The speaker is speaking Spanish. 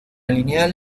lineal